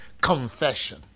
confession